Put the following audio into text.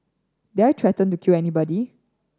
did I threaten to kill anybody